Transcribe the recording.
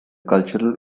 cultural